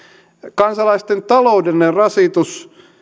kansalaisten taloudellinen rasitus